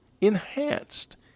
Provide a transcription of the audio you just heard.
enhanced